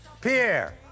Pierre